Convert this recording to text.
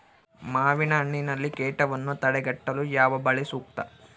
ಮಾವಿನಹಣ್ಣಿನಲ್ಲಿ ಕೇಟವನ್ನು ತಡೆಗಟ್ಟಲು ಯಾವ ಬಲೆ ಸೂಕ್ತ?